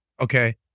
okay